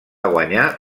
guanyar